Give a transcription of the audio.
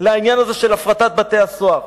לעניין הזה של הפרטת בתי-הסוהר.